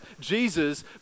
Jesus